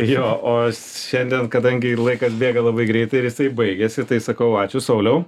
jo o šiandien kadangi laikas bėga labai greitai ir jisai baigiasi tai sakau ačiū sauliau